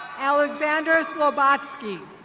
alexandra slobatski.